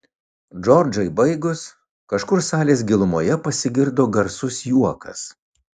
džordžai baigus kažkur salės gilumoje pasigirdo garsus juokas